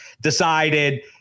decided